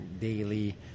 daily